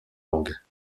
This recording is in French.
langues